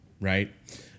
right